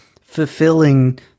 fulfilling